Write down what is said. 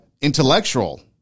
intellectual